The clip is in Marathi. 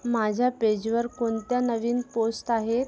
माझ्या पेजवर कोणत्या नवीन पोस्त आहेत